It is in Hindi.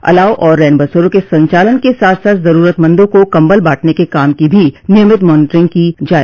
अलाव और रैनबसेरों के संचालन के साथ साथ जरूरतमंदों को कम्बल बांटने के काम की भी नियमित मॉनिटरिंग की जाए